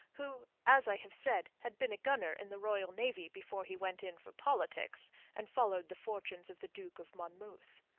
who as i have said had been a gunner in the royal navy before he went in for politics and followed the fortunes of the duke of monmouth.